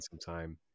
sometime